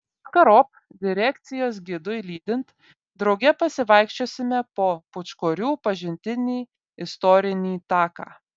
vakarop direkcijos gidui lydint drauge pasivaikščiosime po pūčkorių pažintinį istorinį taką